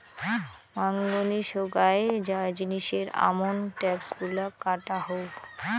মাঙনি সোগায় জিনিসের আমন ট্যাক্স গুলা কাটা হউ